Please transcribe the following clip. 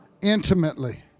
intimately